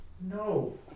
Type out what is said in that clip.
No